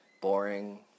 Boring